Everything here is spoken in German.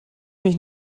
mich